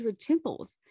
temples